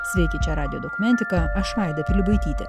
sveiki čia radijo dokumentika aš vaida pilibaitytė